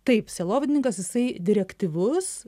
taip sielovadininkas jisai direktyvus